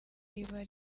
riba